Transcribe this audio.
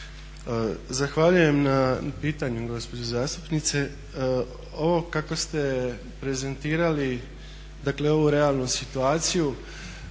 Zahvaljujem na pitanju gospođo zastupnice. Ovo kako ste prezentirali, dakle ovu realnu situaciju